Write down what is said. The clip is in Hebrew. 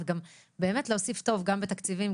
וגם באמת להוסיף טוב גם בתקציבים,